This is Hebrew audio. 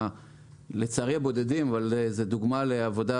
לצערי הבודדים אבל זו דוגמה לעבודה